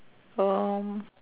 um